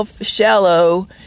shallow